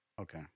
Okay